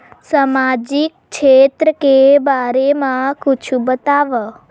सामाजिक क्षेत्र के बारे मा कुछु बतावव?